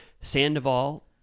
Sandoval